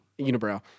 unibrow